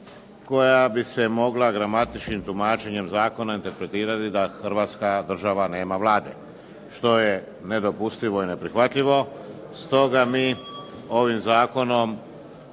koja bi se mogla gramatičkim tumačenjem zakona interpretirati da Hrvatska država nema Vlade. Što je nedopustivo i neprihvatljivo. Stoga mi ovim zakonom